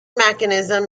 mechanism